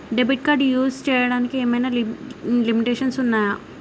Debit card use చేయడానికి ఏమైనా limitations ఉన్నాయా?